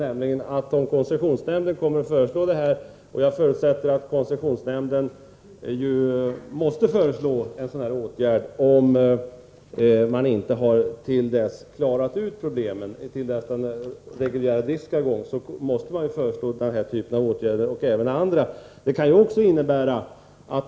Om koncessionsnämnden föreslår en sådan åtgärd — och det förutsätter jag att nämnden måste göra, om problemen inte har klarats ut innan den reguljära driften skall börja — kommer regeringen att följa det förslaget.